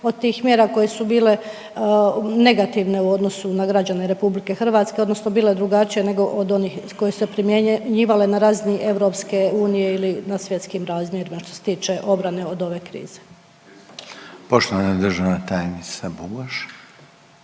od tih mjera koje su bile negativne u odnosu na građane RH odnosno bile drugačije nego od onih koje su se primjenjivale na razini EU ili na svjetskim razmjerima što se tiče obrane od ove krize? **Reiner, Željko